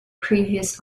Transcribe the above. previous